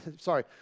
Sorry